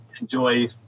enjoy